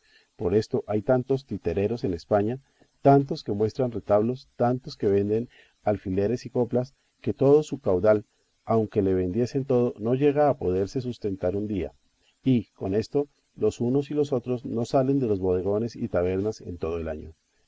por esto hay tantos titereros en españa tantos que muestran retablos tantos que venden alfileres y coplas que todo su caudal aunque le vendiesen todo no llega a poderse sustentar un día y con esto los unos y los otros no salen de los bodegones y tabernas en todo el año